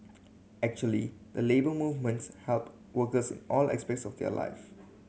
actually the Labour Movements help workers in all aspects of their life